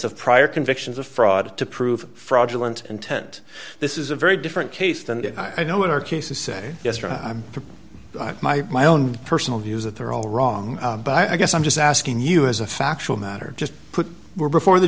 of prior convictions of fraud to prove fraudulent intent this is a very different case than i know in our case to say yes or no to my own personal views that they're all wrong but i guess i'm just asking you as a factual matter just put were before the